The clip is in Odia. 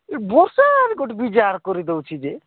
ଏ ବର୍ଷାର ଗୋଟେ ବିଜାର କରିଦେଉଛି ଯେ